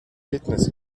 fitness